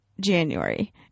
January